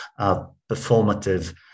performative